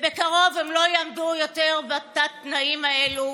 ובקרוב הם לא יעמדו יותר בתת-תנאים האלה.